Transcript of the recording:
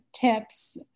tips